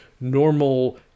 normal